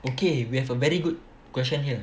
okay we have a very good question here